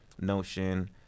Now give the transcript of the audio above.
notion